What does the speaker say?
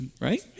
Right